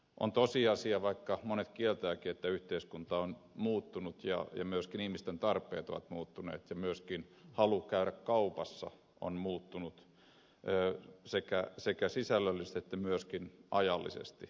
on tosiasia vaikka monet sen kieltävätkin että yhteiskunta on muuttunut ja myöskin ihmisten tarpeet ovat muuttuneet ja myöskin halu käydä kaupassa on muuttunut sekä sisällöllisesti että myöskin ajallisesti